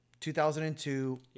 2002